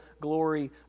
glory